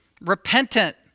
repentant